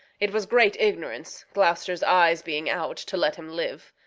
it was great ignorance, gloucester's eyes being out, to let him live.